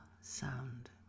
sound